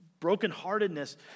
brokenheartedness